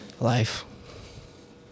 Life